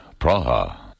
Praha